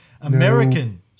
American